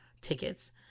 tickets